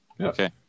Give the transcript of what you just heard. Okay